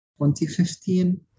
2015